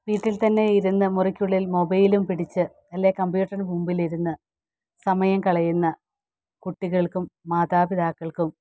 വീട്ടിൽതന്നെ ഇരുന്ന് മുറിക്കുള്ളിൽ മൊബൈലും പിടിച്ച് അല്ലേൽ കമ്പ്യൂട്ടറിന് മുമ്പിലിരുന്ന് സമയം കളയുന്ന കുട്ടികൾക്കും മാതാപിതാക്കൾക്കും